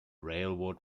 railroad